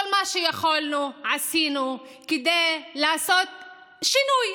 כל מה שיכולנו עשינו כדי לעשות שינוי,